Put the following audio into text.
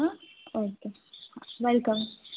હ okay welcome